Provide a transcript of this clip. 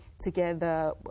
together